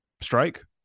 strike